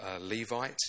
Levite